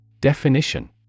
Definition